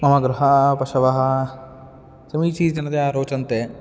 मह्यं गृहपशवः समीचीचनतया रोचन्ते